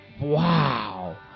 wow